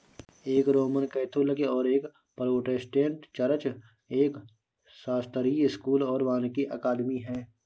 एक Roman Catholic और एक प्रोटेस्टेंट चर्च, एक शास्त्रीय स्कूल और वानिकी अकादमी है